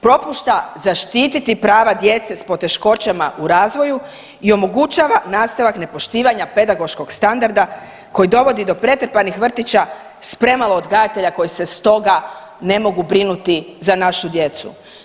Propušta zaštititi prava djece s poteškoćama u razvoju i omogućava nastavak nepoštivanja pedagoškog standarda koji dovodi do pretrpanih vrtića s premalo odgajatelja koji se s toga ne mogu brinuti za našu djecu.